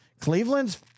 Cleveland's